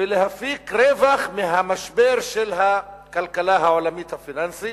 ולהפיק רווח מהמשבר של הכלכלה העולמית הפיננסית.